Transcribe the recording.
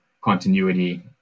continuity